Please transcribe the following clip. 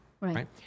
right